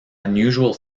unusual